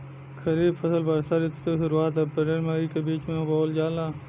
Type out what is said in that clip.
खरीफ फसल वषोॅ ऋतु के शुरुआत, अपृल मई के बीच में बोवल जाला